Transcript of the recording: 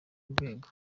urwego